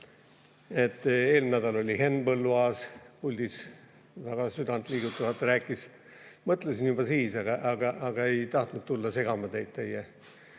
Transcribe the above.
Eelmine nädal oli Henn Põlluaas puldis, väga südantliigutavalt rääkis. Mõtlesin juba siis, aga ei tahtnud tulla segama teid teie